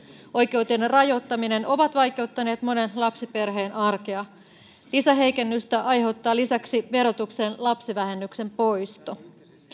oikeuden rajoittaminen ovat vaikeuttaneet monen lapsiperheen arkea lisäheikennystä aiheuttaa lisäksi verotuksen lapsivähennyksen poisto